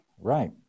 Right